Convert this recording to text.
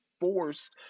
forced